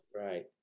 right